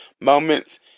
Moments